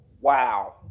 Wow